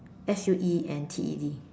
S U E N T E D